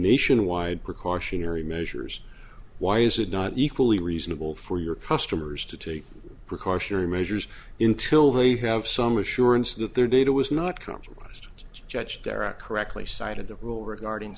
nationwide precautionary measures why is it not equally reasonable for your customers to take precautionary measures in till they have some assurance that their data was not compromised judge their act correctly cited the rule regarding